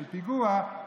של פיגוע,